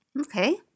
Okay